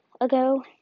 ago